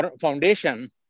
foundation